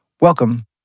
Welcome